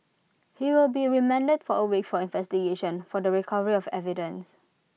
he will be remanded for A week for investigation for the recovery of evidence